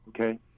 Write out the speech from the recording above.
Okay